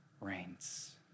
reigns